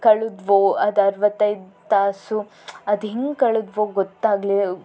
ಕಳೆದ್ವೋ ಅದು ಅರವತ್ತೈದು ತಾಸು ಅದು ಹೇಗೆ ಕಳೆದ್ವೋ ಗೊತ್ತಾಗ್ಲಿಲ್ಲ